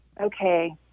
Okay